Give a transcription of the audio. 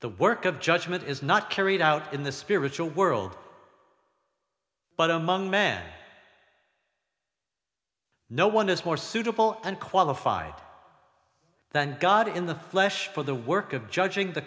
the work of judgment is not carried out in the spiritual world but among man no one has more suitable and qualified than god in the flesh for the work of judging the